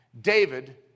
David